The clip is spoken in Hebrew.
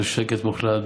בשקט מוחלט,